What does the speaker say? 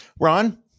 Ron